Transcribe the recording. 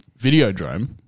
Videodrome